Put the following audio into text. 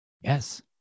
Yes